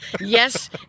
Yes